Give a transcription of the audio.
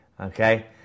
Okay